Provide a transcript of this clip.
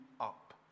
up